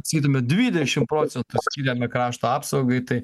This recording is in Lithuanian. sakytume dvidešim procentų skiriame krašto apsaugai tai